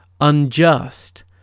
unjust